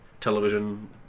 television